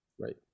right